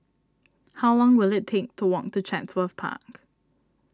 how long will it take to walk to Chatsworth Park